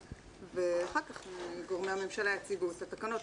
ואחר כך גורמי הממשלה יציגו את התקנות,